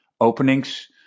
openings